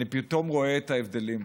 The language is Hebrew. אני פתאום רואה את ההבדלים.